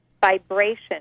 vibration